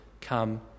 come